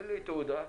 אומר לי: תעודה.